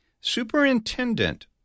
superintendent